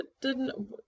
didn't-